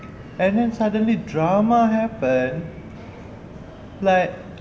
and then suddenly drama happen like